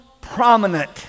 prominent